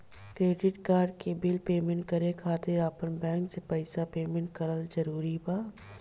Credit card के bill payment करे खातिर आपन बैंक से पईसा पेमेंट करल जरूरी बा?